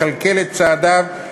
לכלכל את צעדיו,